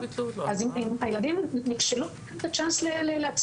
אז אם הילדים נכשלו, תנו להם את הצ'אנס להצליח.